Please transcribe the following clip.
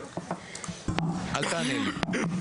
אל תענה לי.